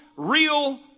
Real